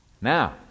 Now